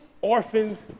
orphans